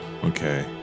Okay